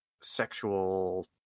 sexual